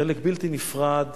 חלק בלתי נפרד,